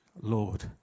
Lord